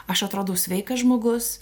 aš atrodau sveikas žmogus